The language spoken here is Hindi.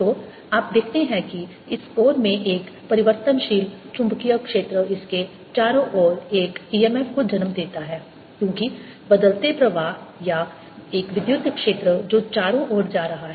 तो आप देखते हैं कि इस कोर में एक परिवर्तनशील चुंबकीय क्षेत्र इसके चारों ओर एक EMF को जन्म देता है क्योंकि बदलते प्रवाह या एक विद्युत क्षेत्र जो चारों ओर जा रहा है